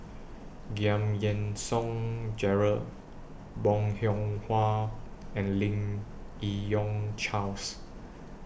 Giam Yean Song Gerald Bong Hiong Hwa and Lim Yi Yong Charles